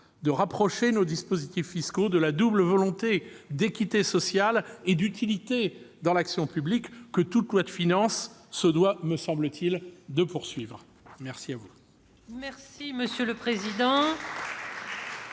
de rapprocher nos dispositifs fiscaux du double objectif d'équité sociale et d'utilité dans l'action publique que toute loi de finances se doit, me semble-t-il, de poursuivre. Nous